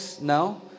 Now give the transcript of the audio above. now